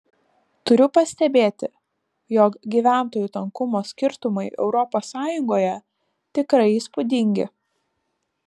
turiu pastebėti jog gyventojų tankumo skirtumai europos sąjungoje tikrai įspūdingi